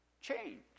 change